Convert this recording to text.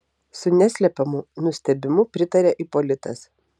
su neslepiamu nustebimu pritarė ipolitas